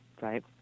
right